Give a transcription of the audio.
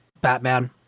Batman